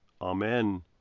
Amen